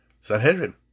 Sanhedrin